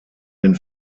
den